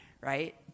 right